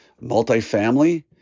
multifamily